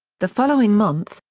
the following month,